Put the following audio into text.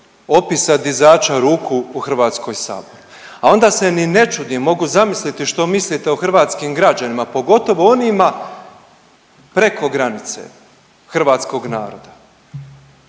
opisa dizača ruku u HS, a onda se ni ne čudim, mogu zamisliti što mislite o hrvatskim građanima, pogotovo onima preko granice hrvatskog naroda.